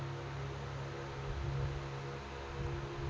ಕರಿಮಣ್ಣೊಳಗ ಯಾವ ಬೆಳಿ ಬೆಳದ್ರ ಛಲೋ ಬರ್ತದ?